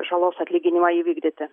žalos atlyginimą įvykdyti